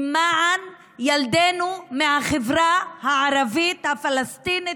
למען ילדינו מהחברה הערבית הפלסטינית,